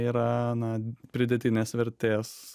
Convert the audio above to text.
yra na pridėtinės vertės